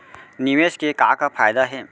निवेश के का का फयादा हे?